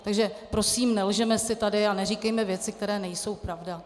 Takže prosím, nelžeme si tady a neříkejme věci, které nejsou pravda.